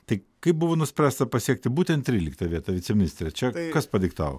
tik kai buvo nuspręsta pasiekti būtent tryliktą vietą viceministre čia kas padiktavo